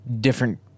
different